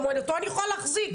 גם אותו אני יכולה להחזיק?